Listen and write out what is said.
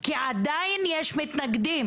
כי עדיין יש מתנגדים.